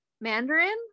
Mandarin